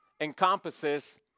encompasses